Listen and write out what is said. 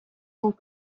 sans